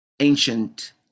ancient